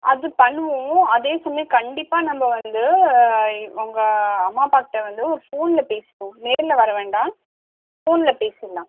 அது பண்ணுவோம் அதே சமயம் கண்டிப்பாக நம்ப வந்து அவங்க அம்மா அப்பாக்கிட்ட வந்து ஒரு ஃபோனில் பேசுவோம் நேரில் வர வேண்டாம் ஃபோனில் பேசிரலாம்